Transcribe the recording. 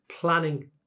planning